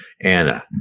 anna